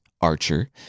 Archer